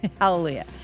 hallelujah